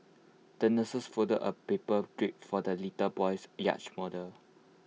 the nurse folded A paper jib for the little boy's yacht model